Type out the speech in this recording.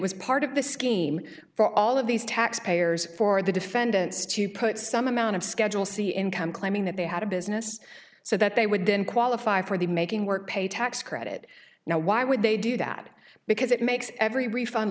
was part of the scheme for all of these tax payers for the defendants to put some amount of schedule c income claiming that they had a business so that they would then qualify for the making work pay tax credit now why would they do that because it makes every refund